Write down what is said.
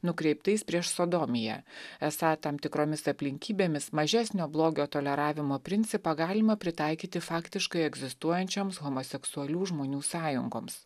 nukreiptais prieš sodomiją esą tam tikromis aplinkybėmis mažesnio blogio toleravimo principą galima pritaikyti faktiškai egzistuojančioms homoseksualių žmonių sąjungoms